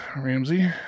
Ramsey